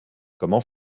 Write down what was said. comment